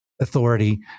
authority